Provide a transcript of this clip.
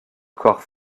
corps